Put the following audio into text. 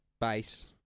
base